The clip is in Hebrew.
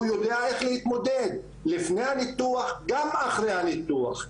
הוא ידע איך להתמודד, גם לפני וגם אחרי הניתוח.